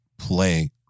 play